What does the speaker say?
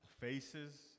faces